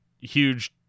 huge